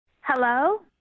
Hello